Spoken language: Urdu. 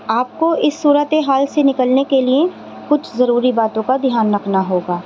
آپ کو اس صورت حال سے نکلنے کے لیے کچھ ضروری باتوں کا دھیان رکھنا ہوگا